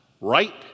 right